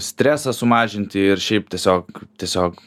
stresą sumažinti ir šiaip tiesiog tiesiog